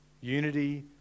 Unity